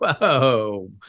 Whoa